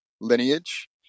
lineage